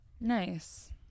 Nice